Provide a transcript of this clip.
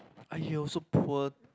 ah yoh so poor